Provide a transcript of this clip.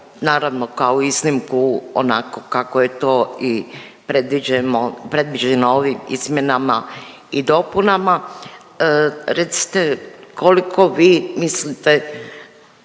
naravno kao iznimku, onako kako je to predviđeno ovim izmjenama i dopunama. Recite, koliko vi mislite,